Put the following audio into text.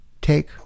take